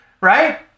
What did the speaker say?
right